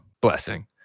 blessing